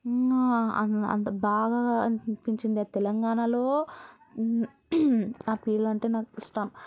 బాగా అనిపించింది ఆ తెలంగాణలో ఆ పీర్లు అంటే నాకు ఇష్టం